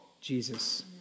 Jesus